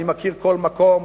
אני מכיר כל מקום,